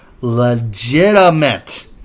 legitimate